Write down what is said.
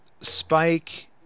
Spike